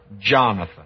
Jonathan